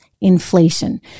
inflation